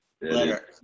Later